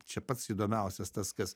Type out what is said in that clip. čia pats įdomiausias tas kas